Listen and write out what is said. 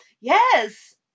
Yes